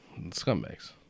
scumbags